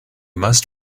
must